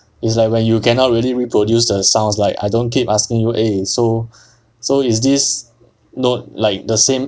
it's like when you cannot really reproduce the sounds like I don't keep asking you eh so so is this note like the same